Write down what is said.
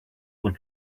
will